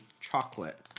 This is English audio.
chocolate